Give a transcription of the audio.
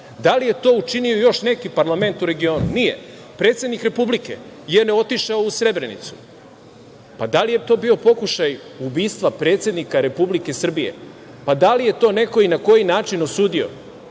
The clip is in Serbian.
Da li je to učinio još neki parlament u regionu? Nije. Predsednik Republike je otišao u Srebrenicu. Da li je to bio pokušaj ubistva predsednika Republike Srbije? Da li je to neko i na koji način osudio